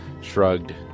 shrugged